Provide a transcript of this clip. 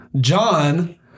John